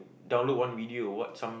download one video or what some